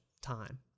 time